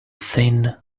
thin